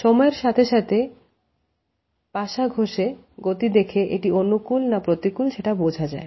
সময়ের সাথে সাথে পাছা ঘষা গতি দেখে এটি অনুকূল না প্রতিকূল সেটি বোঝা যায়